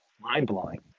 mind-blowing